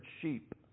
sheep